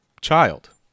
child